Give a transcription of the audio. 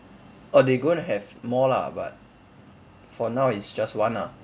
oh they gonna have more lah but for now is just one ah